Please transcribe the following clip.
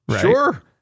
sure